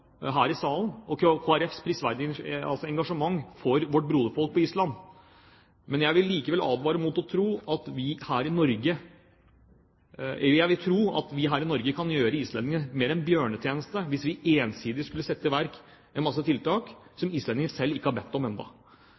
her i salen – for Kristelig Folkepartis prisverdige engasjement for vårt broderfolk på Island. Men jeg vil tro at vi her i Norge kan gjøre islendingene mer en bjørnetjeneste hvis vi ensidig skulle sette i verk en masse tiltak som islendingene selv ikke har bedt om ennå.